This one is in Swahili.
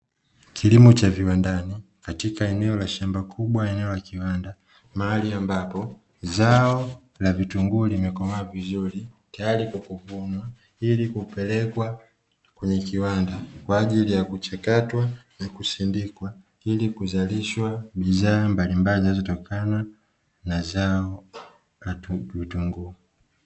Kilimo cha viwandani katika eneo la shamba kubwa eneo la kiwanda mahali ambapo zao la vitunguu limekomaa vizuri tayari kwa kuvunwa, ilikupelekwa kwenye kiwanda kwa ajili ya kuchakatwa na kusindikwa ilikuzalishwa bidhaa mbalimbali zinazotokana na za la vitunguu.